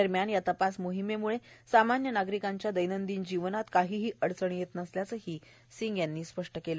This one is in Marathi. दरम्यानए या तपास मोहिमेमूळे सामान्य नागरिकांच्या दैनंदिन जीवनात काहीही अडचन येत नसल्याचंही सिंग म्हणाले